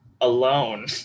alone